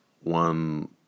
one